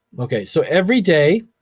okay, so everyday